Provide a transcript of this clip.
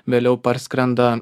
vėliau parskrenda